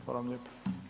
Hvala vam lijepo.